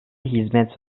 hizmet